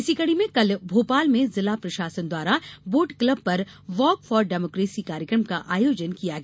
इसी कड़ी में आज भोपाल में जिला प्रशासन द्वारा वोट क्लब पर वॉक फार डेमोकेसी कार्यक्रम का आयोजन किया गया